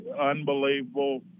unbelievable